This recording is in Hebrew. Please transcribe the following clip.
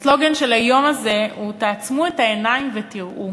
הסלוגן של היום הזה הוא "תעצמו את העיניים ותראו".